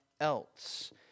else